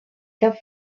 cap